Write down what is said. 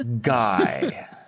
Guy